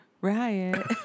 Riot